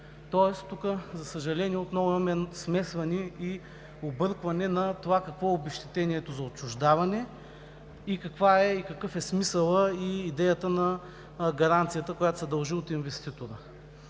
Тук, за съжаление, отново имаме смесване и объркване на това какво е обезщетението за отчуждаване и какви са смисълът и идеята на гаранцията, която се дължи от инвеститора.